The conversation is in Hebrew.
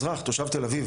אזרח תושב תל אביב,